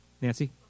Nancy